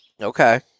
Okay